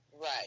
Right